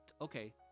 Okay